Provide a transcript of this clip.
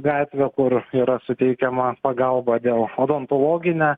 gatvę kur yra suteikiama pagalba dėl odontologine